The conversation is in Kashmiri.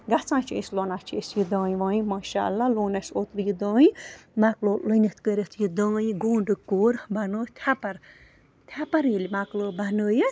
گژھان چھِ أسۍ لونان چھِ أسۍ یہِ دانہِ وانہِ ماشاء اللہ لوٗن اَسہِ اوٚترٕ یہِ دانہِ مۄکلو لوٗنِتھ کٔرِتھ یہِ دانہِ گوٚنٛڈ کوٚر بَنوو تھپَر تھیپر ییٚلہِ مکلٲو بنٲیِتھ